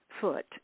foot